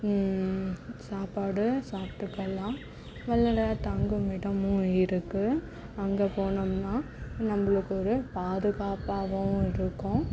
சாப்பாடு சாப்பிட்டுக்கல்லாம் வள்ளலார் தங்கும் இடமும் இருக்கும் அங்கே போனோம்னால் நம்மளுக்கு ஒரு பாதுகாப்பாகவும் இருக்கும்